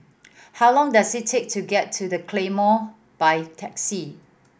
how long does it take to get to The Claymore by taxi